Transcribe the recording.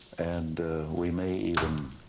and we may even,